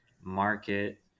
market